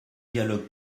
dialogue